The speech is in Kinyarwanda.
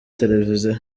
televiziyo